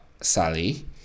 Sally